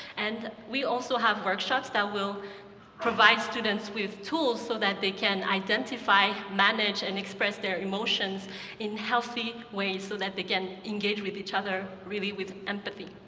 and we also have workshops that will provide students with tools so that they can identify, manage, and express their emotions in healthy ways so that they can engage with each other, really, with empathy.